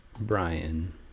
Brian